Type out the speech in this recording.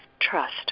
trust